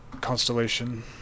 Constellation